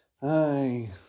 Hey